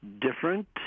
different